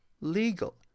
legal